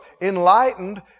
Enlightened